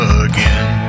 again